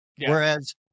Whereas